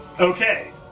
Okay